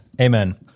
Amen